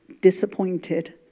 disappointed